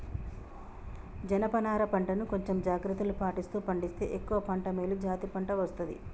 జనప నారా పంట ను కొంచెం జాగ్రత్తలు పాటిస్తూ పండిస్తే ఎక్కువ పంట మేలు జాతి పంట వస్తది